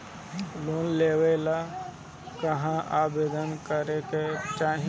Loan लेवे ला कहाँ आवेदन करे के चाही?